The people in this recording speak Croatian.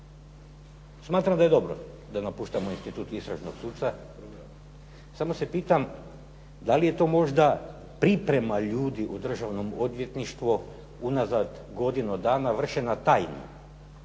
Smatram da je dobro da napuštamo institut istražnog suca, samo se pitam da li to možda priprema ljudi u državnom odvjetništvo unazad godinu dana vršena tajno,